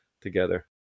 together